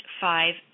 five